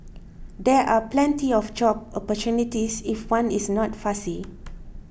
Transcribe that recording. there are plenty of job opportunities if one is not fussy